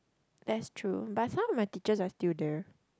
that's true but some of my teachers are still there